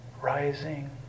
rising